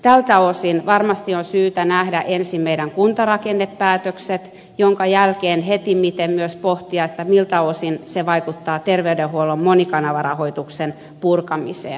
tältä osin varmasti on syytä nähdä ensin meidän kuntarakennepäätöksemme minkä jälkeen hetimmiten myös pohtia miltä osin ne vaikuttavat terveydenhuollon monikanavarahoituksen purkamiseen